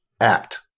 act